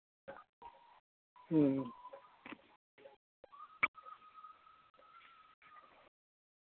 ᱦᱩᱸ